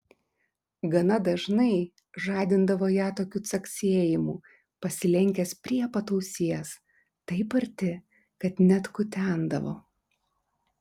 gana dažnai žadindavo ją tokiu caksėjimu pasilenkęs prie pat ausies taip arti kad net kutendavo